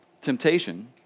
temptation